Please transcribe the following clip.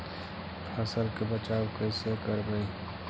फसल के बचाब कैसे करबय?